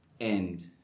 end